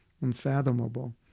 unfathomable